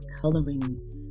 coloring